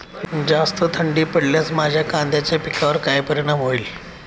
जास्त थंडी पडल्यास माझ्या कांद्याच्या पिकावर काय परिणाम होईल?